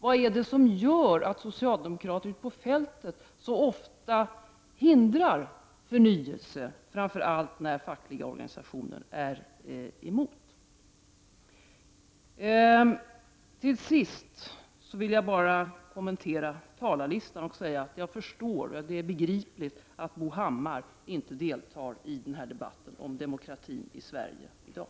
Vad är det som gör att socialdemokrater ute på fältet så ofta hindrar förnyelse, framför allt när fackliga organisationer är emot denna förnyelse? Till sist vill jag bara kommentera talarlistan och säga att det är begripligt att Bo Hammar inte deltar i den här debatten om demokratin i Sverige i dag.